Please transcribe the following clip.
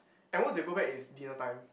at most they go back is dinner time